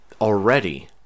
already